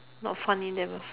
not funny then